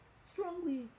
strongly